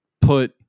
put